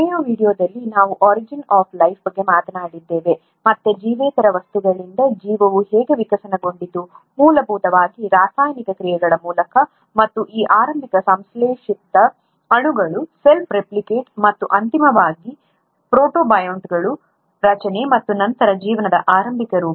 ಕೊನೆಯ ವೀಡಿಯೋದಲ್ಲಿ ನಾವು ಒರಿಜಿನ್ ಆಫ್ ಲೈಫ್ ಬಗ್ಗೆ ಮಾತನಾಡಿದ್ದೇವೆ ಮತ್ತು ಜೀವೇತರ ವಸ್ತುಗಳಿಂದ ಜೀವವು ಹೇಗೆ ವಿಕಸನಗೊಂಡಿತು ಮೂಲಭೂತವಾಗಿ ರಾಸಾಯನಿಕ ಕ್ರಿಯೆಗಳ ಮೂಲಕ ಮತ್ತು ಈ ಆರಂಭಿಕ ಸಂಶ್ಲೇಷಿತ ಅಣುಗಳ ಸೆಲ್ಫ್ ರೆಪ್ಲಿಕೇಟ್ ಮತ್ತು ಅಂತಿಮವಾಗಿ ಪ್ರೋಟೋಬಯಾಂಟ್ಗಳ ರಚನೆ ಮತ್ತು ನಂತರ ಜೀವನದ ಆರಂಭಿಕ ರೂಪ